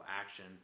action